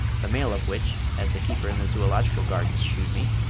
the male of which, as the keeper in the zoological gardens shewed me,